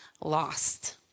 lost